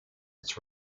its